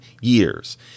years